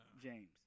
James